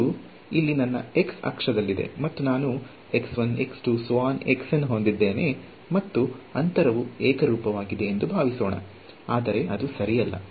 ಇದು ಇಲ್ಲಿ ನನ್ನ x ಅಕ್ಷವಾಗಿದೆ ಮತ್ತು ನಾನು ಹೊಂದಿದ್ದೇನೆ ಮತ್ತು ಅಂತರವು ಏಕರೂಪವಾಗಿದೆ ಎಂದು ಭಾವಿಸೋಣ ಆದರೆ ಅದು ಸರಿಯಲ್ಲ